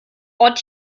ort